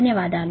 752